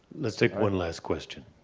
let's take one last question.